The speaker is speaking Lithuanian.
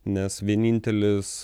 nes vienintelis